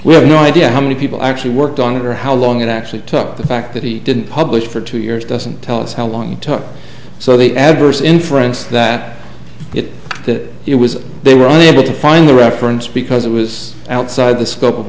we have no idea how many people actually worked on it or how long it actually took the fact that he didn't publish for two years doesn't tell us how long he took so the adverse inference that it that it was they were unable to find the reference because it was outside the scope of